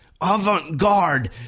avant-garde